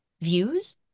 views